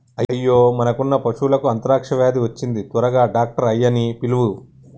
అయ్యో మనకున్న పశువులకు అంత్రాక్ష వ్యాధి వచ్చింది త్వరగా డాక్టర్ ఆయ్యన్నీ పిలువు